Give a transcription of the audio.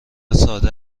ساده